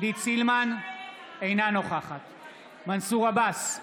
אינה נוכחת מנסור עבאס,